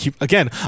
again